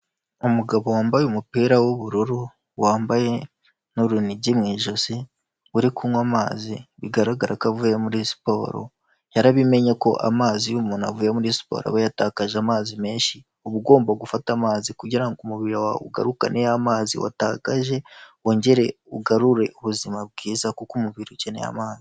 Umugabo wambaye umupira w'ubururu, wambaye n'urunigi mu ijosi, uri kunywa amazi, bigaragara ko avuye muri siporo, yarabimenye ko amazi iyo umuntu avuye muri siporo aba yatakaje amazi menshi, uba ugomba gufata amazi kugira ngo umubiri wawe ugarukane y'amazi watakaje, wongere ugarure ubuzima bwiza kuko umubiri ukeneye amazi.